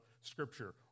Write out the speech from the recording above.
Scripture